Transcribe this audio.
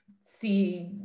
see